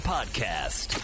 Podcast